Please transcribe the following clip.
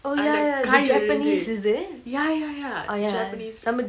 அந்த காய்ல இருந்து:antha kaaila irunthu ya ya ya japanese